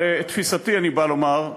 אבל את תפיסתי אני בא לומר,